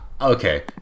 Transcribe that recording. okay